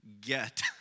get